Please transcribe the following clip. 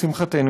לשמחתנו,